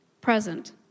present